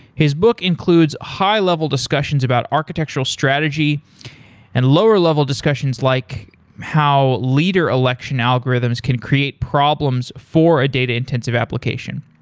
his book includes high level discussions about architectural strategy and lower level discussions like how leader election algorithms can create problems for a data intensive application.